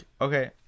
okay